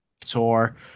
tour